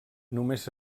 només